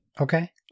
Okay